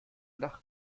nach